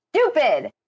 stupid